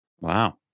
wow